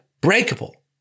breakable